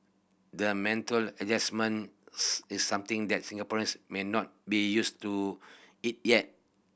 the mental adjustment is something that Singaporeans may not be used to it yet